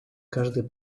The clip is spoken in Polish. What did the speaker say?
każde